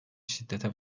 şiddete